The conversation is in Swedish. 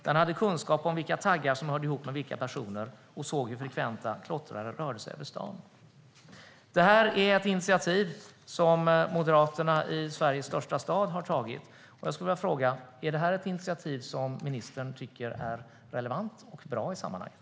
De hade kunskap om vilka taggar som hörde ihop med vilka personer och såg hur frekventa klottrare rörde sig över stan." Det är ett initiativ som Moderaterna i Sveriges största stad har tagit. Jag skulle vilja fråga: Är detta ett initiativ som ministern tycker är relevant och bra i sammanhanget?